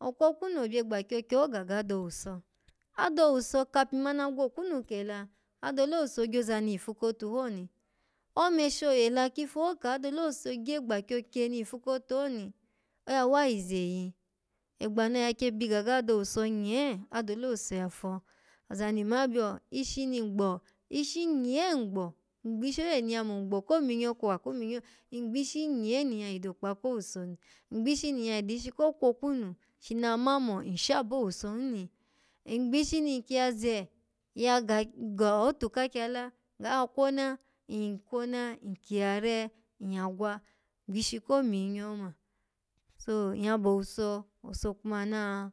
okwokwunu obyegba kyokye ga do owuso, ada owuso, kapi ma na gwokwunu kela, adole owuso gyoza ni yifu kotu ho ni, ome sho yela kifu ho ka adole owuso gyegba kyokye ni yifu kotu ho ni, oya wa hiza iya egba noya kye byiga ga do owuso nye, adole owuso ya fo ozani nma byo ishi ni ngbo, ishi nye ngbo ngbishi oye ni nyya min gbo ko minyo kwo wako minyo yo ngbishi nye ni nyya yi dokpa ko owuso ni ngbishi ni nyya yi dishi ko kwokunu shina ma no nsha bo owuso hun ni ngbishi ni nkiya ze ya ga-go otu ka kyala ga kwona nkwona nkyi ya re, nyya gwa, gbishi ko minyo so nyya bo owuso, owuso kuma na.